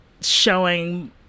showing